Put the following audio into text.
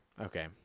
Okay